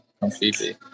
Completely